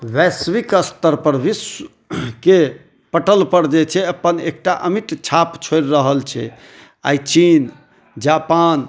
वैश्विक स्तर पर विश्व के पटल पर जे छै अपन एकटा अमिट छाप छोरि रहल छै आइ चीन जापान